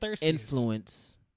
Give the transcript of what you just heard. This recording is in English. influence